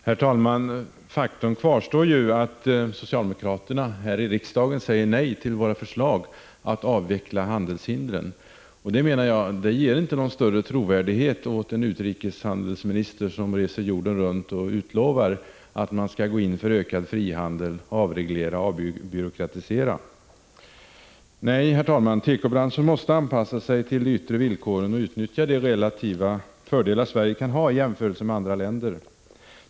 Herr talman! Faktum kvarstår, att socialdemokraterna här i riksdagen säger nej till våra förslag om att avveckla handelshindren. Det ger enligt min mening inte någon större trovärdighet åt en utrikeshandelsminister, som reser jorden runt och utlovar att regeringen skall gå in för ökad frihandel, avreglering och avbyråkratisering. Nej, herr talman, tekobranschen måste anpassa sig till de yttre villkoren och utnyttja de relativa fördelar Sverige kan ha i jämförelse med andra länder.